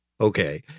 Okay